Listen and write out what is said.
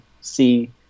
see